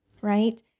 right